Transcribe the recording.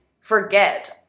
forget